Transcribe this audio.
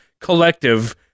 Collective